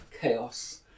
chaos